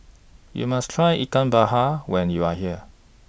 YOU must Try Ikan when YOU Are here